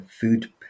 food